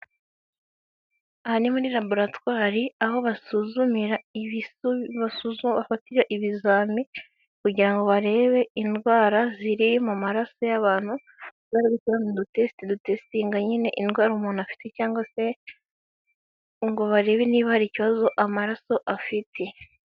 Aha ni muri laboratwari aho basuzumira, bafatira ibizami kugira barebe indwara ziri mu maraso y'abantu, bagira n'utundi tutesite dutesitinga nyine indwara umuntu afite cyangwa se ngo barebe niba hari ikibazo amaraso afite.